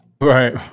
Right